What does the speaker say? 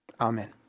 Amen